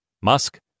Musk